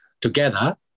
together